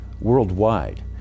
worldwide